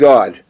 God